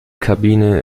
kabine